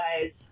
guys